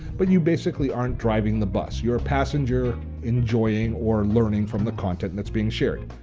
but you basically aren't driving the bus, you're a passenger enjoying or learning from the content that's being shared.